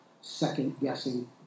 second-guessing